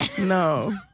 No